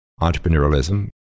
entrepreneurialism